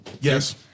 Yes